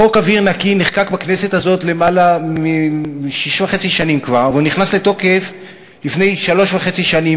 חוק אוויר נקי נחקק בכנסת הזאת כבר לפני למעלה משש וחצי שנים,